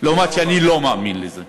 למרות שאני לא מאמין בזה.